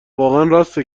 راسته